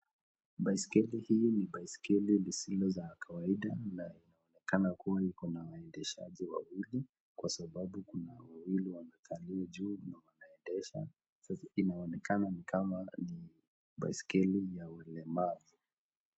Baiskeli hili ni baiskeli lisilo la kawaida, inaonekana kuwa iko na waendeshaji wawili kwa sababu kuna wawili walio juu kuendesha, inaonekana ni kama baiskeli ya walemavu.